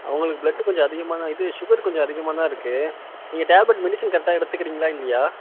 உங்களுக்கு பிளட்டு கொஞ்சம் அதிகமாக இது சுகர் கொஞ்சம் அதிகமாக தான் இருக்குது நீங்கள் டேப்லெட் மெடிசன் கரெக்டாக எடுத்துக்குறீங்களா இல்லையா